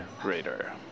Greater